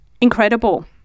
Incredible